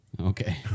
Okay